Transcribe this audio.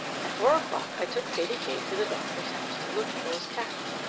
at four o'clock i took sadie kate to the doctor's house to look at those cats.